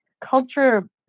Culture